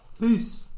Peace